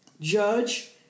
judge